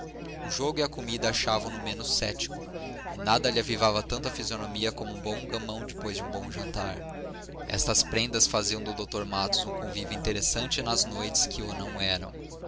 o jogo e a comida achavam no menos céptico e nada lhe avivava tanto a fisionomia como um bom gamão depois de um bom jantar estas prendas faziam do dr matos um conviva interessante nas noites que o não eram